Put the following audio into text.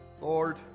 Lord